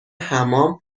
حمام